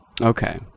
Okay